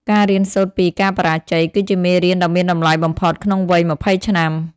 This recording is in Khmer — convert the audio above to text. ការរៀនសូត្រពីការបរាជ័យ គឺជាមេរៀនដ៏មានតម្លៃបំផុតក្នុងវ័យ ២០ ឆ្នាំ។